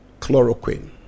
chloroquine